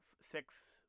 six